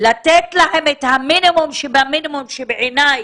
לתת להם את המינימום שבמינימום שבעיניי